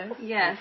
Yes